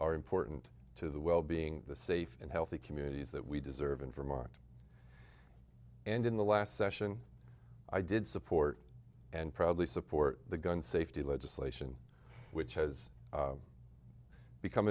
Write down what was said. are important to the well being the safe and healthy communities that we deserve in vermont and in the last session i did support and proudly support the gun safety legislation which has become